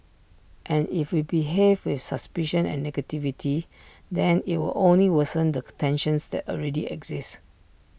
and if we behave with suspicion and negativity then IT will only worsen the tensions that already exist